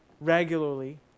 regularly